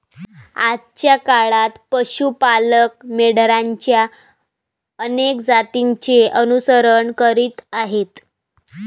आजच्या काळात पशु पालक मेंढरांच्या अनेक जातींचे अनुसरण करीत आहेत